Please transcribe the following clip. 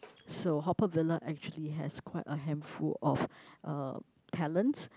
so Haw-Par-Villa actually has quite a handful of uh talents